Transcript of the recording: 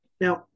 Now